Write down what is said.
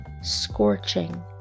scorching